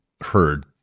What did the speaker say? heard